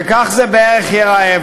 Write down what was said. וכך זה בערך ייראה.